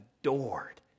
adored